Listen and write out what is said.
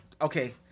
Okay